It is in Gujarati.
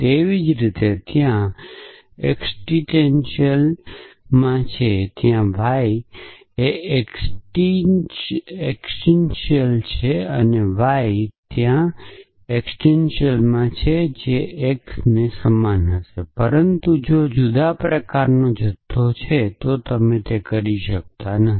તેવી જ રીતે ત્યાં એકસીટેંટીયલમાં છે ત્યાં y એકસીટેંટીયલમાં છે y ત્યાં એકસીટેંટીયલમાં છે X તેઓ સમાન હશે પરંતુ જો જુદા જુદા પ્રકારનો જથ્થો છે તો તમે તે કરી શકતા નથી